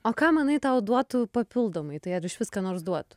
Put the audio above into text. o ką manai tau duotų papildomai tai ar išvis ką nors duotų